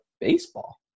baseball